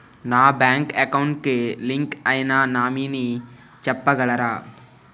నా bank account కి link అయినా నామినీ చెప్పగలరా?